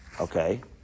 Okay